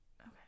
okay